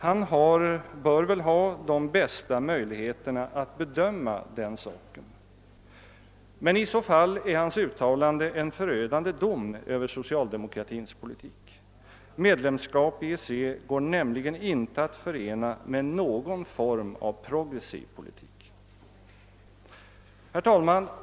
Han bör väl ha de bästa möjligheterna att bedöma den saken. Men i så fall är hans uttalande en förödande dom över socialdemokratins politik. Medlemskap i EEC går nämligen inte att förena med någon form av progressiv politik. Herr talman!